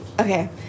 Okay